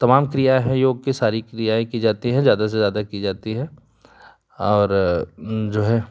तमाम क्रिया है योग की सारी क्रियाएँ की जाती है ज़्यादा से ज़्यादा की जाती है और जो है